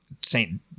Saint